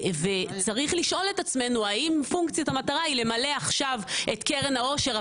צריך לשאול את עצמנו האם פונקציית המטרה היא למלא עכשיו את קרן העושר,